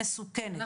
מסוכנת,